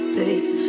takes